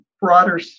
broader